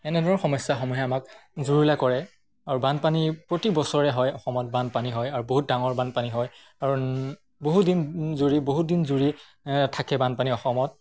এনেধৰণৰ সমস্যাসমূহে আমাক জুৰুলা কৰে আৰু বানপানী প্ৰতি বছৰে হয় অসমত বানপানী হয় আৰু বহুত ডাঙৰ বানপানী হয় কাৰণ বহুদিন জুৰি বহুত দিন জুৰি থাকে বানপানী অসমত